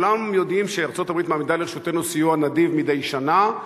כולם יודעים שארצות-הברית מעמידה לרשותנו סיוע נדיב מדי שנה.